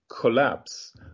collapse